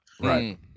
right